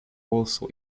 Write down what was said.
also